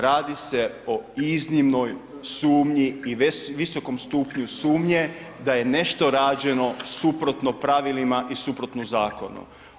Radi se o iznimnoj sumnji i visokom stupnju sumnje da je nešto rađeno suprotno pravilima i suprotno zakonu.